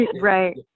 Right